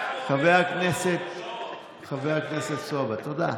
חבר הכנסת סובה, תודה.